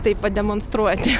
tai pademonstruoti